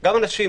וגם אנשים